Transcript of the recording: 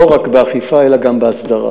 לא רק באכיפה אלא גם בהסדרה.